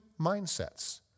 mindsets